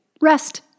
Rest